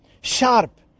Sharp